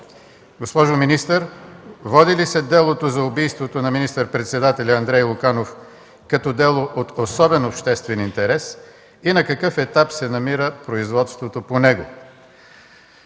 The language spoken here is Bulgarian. Госпожо министър, води ли се делото за убийството на министър-председателя Андрей Луканов като дело от особен обществен интерес и на какъв етап се намира производството по него?